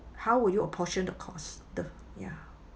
how would you apportion the cost the ya